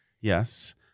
Yes